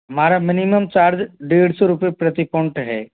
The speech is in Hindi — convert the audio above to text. हमारा मिनिमम चार्ज डेढ़ सौ रुपए प्रति पोंट है